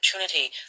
opportunity